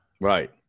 Right